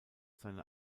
seine